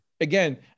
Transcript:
again